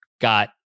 got